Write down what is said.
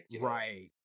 Right